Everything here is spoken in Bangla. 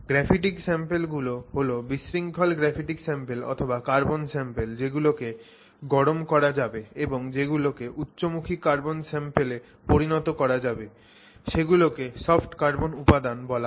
গ্রাফিটিক স্যাম্পল গুলো হল বিশৃঙ্খল গ্রাফিটিক স্যাম্পল অথবা কার্বন স্যাম্পল যেগুলোকে গরম করা যাবে এবং যেগুলো কে উচ্চমুখী কার্বন স্যাম্পলে পরিণত করা যাবে সেগুলোকে সফট কার্বন উপাদান বলা হয়